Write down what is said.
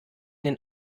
den